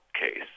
case